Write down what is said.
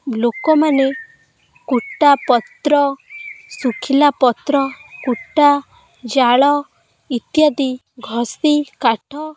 ଲୋକମାନେ କୁଟା ପତ୍ର ଶୁଖିଲା ପତ୍ର କୁଟା ଜାଳ ଇତ୍ୟାଦି ଘଷି କାଠ